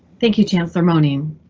thank you chancellor mone. um